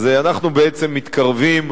אז אנחנו בעצם מתקרבים.